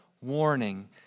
warning